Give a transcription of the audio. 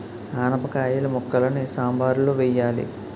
ఆనపకాయిల ముక్కలని సాంబారులో వెయ్యాలి